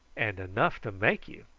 and enough to make you.